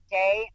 day